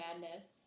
madness